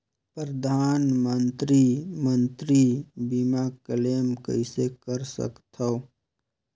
परधानमंतरी मंतरी बीमा क्लेम कइसे कर सकथव?